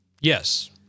Yes